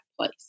place